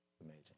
Amazing